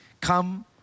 Come